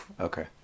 Okay